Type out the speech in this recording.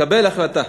מקבל החלטה.